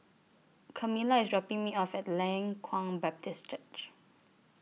Camilla IS dropping Me off At Leng Kwang Baptist Church